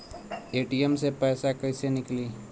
ATM से पैसा कैसे नीकली?